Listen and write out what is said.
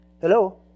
hello